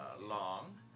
long